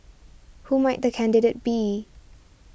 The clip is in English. who might the candidate be